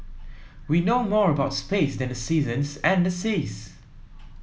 we know more about space than the seasons and the seas